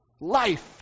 Life